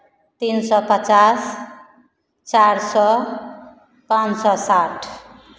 तीन सौ पचास चार सौ पाँच साै साठ